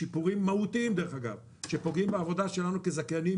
שיפורים מהותיים דרך אגב שפוגעים בעבודה שלנו כזכיינים